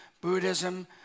Buddhism